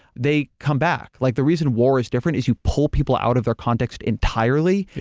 they come back. like the reason war is different is you pull people out of their context entirely, yeah